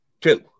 two